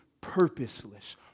purposeless